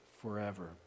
forever